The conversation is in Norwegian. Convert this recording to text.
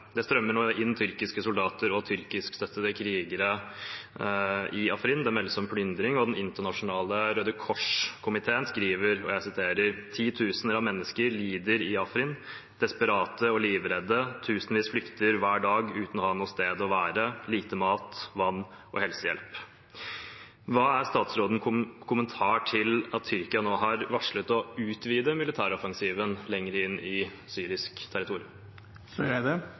Det strømmer nå inn tyrkiske soldater og tyrkiskstøttede krigere i Afrin. Det meldes om plyndring, og Den internasjonale Røde Kors-komiteen skriver: «Titusener av mennesker lider i Afrin. Desperate og livredde, tusenvis flykter hver dag uten å ha noe sted å være, lite mat, vann og helsehjelp». Hva er utenriksministerens kommentar til at Tyrkia nå har varslet å utvide militæroffensiven lenger inn i syrisk